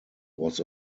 was